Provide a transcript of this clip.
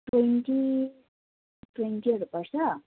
twenty ट्वेन्टीहरू पर्छ